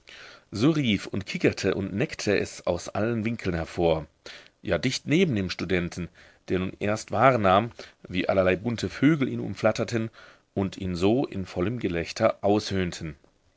so rief und kickerte und neckte es aus allen winkeln hervor ja dicht neben dem studenten der nun erst wahrnahm wie allerlei bunte vögel ihn umflatterten und ihn so in vollem gelächter aushöhnten